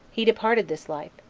he departed this life,